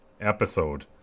episode